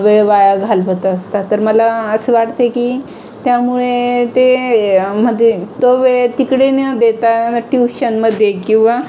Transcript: वेळ वाया घालवत असतात तर मला असं वाटते की त्यामुळे ते म्हणजे तो वेळ तिकडे न देता ट्युशनमध्ये किंवा